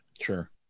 Sure